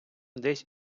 десь